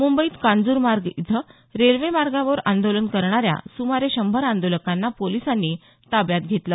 मुंबईत कांजूरमार्ग इथं रेल्वेमार्गावर आंदोलन करणाऱ्या सुमारे शंभर आंदोलकांना पोलिसांनी ताब्यात घेतलं